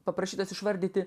paprašytas išvardyti